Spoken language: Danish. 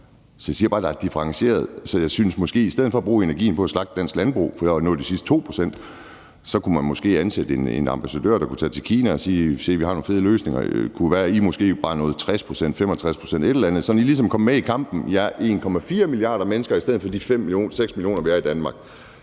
Så jeg siger bare, at det er differentieret. Så i stedet for at bruge energien på at snakke om dansk landbrug i forhold til at nå de sidste 2 pct., kunne man måske ansætte en ambassadør, der kunne tage til Kina og sige: Se, vi har nogle fede løsninger. Det kunne være, de måske bare nåede 60 pct. eller 65 pct. eller et eller andet, så de ligesom kom med i kampen. De er 1,4 milliarder mennesker i stedet for de 5.000.000-6.000.000, vi er i Danmark.